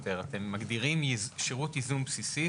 אתם מגדירים שירות ייזום בסיסי,